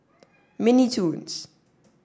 mini Toons